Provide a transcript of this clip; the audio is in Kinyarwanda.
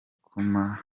kuma